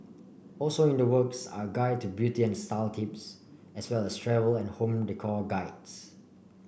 also in the works are a guide to beauty and style tips as well as travel and home decor guides